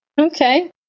Okay